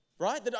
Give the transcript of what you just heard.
Right